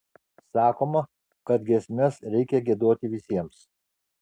sakoma kad giesmes reikia giedoti visiems